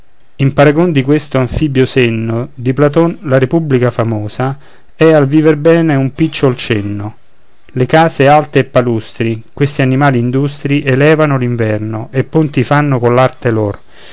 in paragon di questo anfibio senno di platon la repubblica famosa è al viver bene un picciol cenno le case alte e palustri questi animali industri elevano l'inverno e ponti fanno coll'arte lor